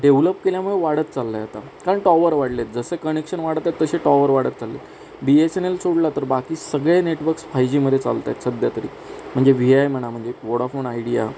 develop केल्यामुळे वाढत चाललं आहे आता कारण टॉवर वाढलेत जसं कनेक्शन वाढतं तसे टॉवर वाढत चाललेत बी एस एन एल सोडलं तर बाकी सगळे नेटवर्क्स फाय जीमध्ये चालत आहेत सध्या तरी म्हणजे व्ही आय म्हणा म्हणजे वोडाफोन आयडिया